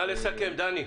נא לסכם, דני.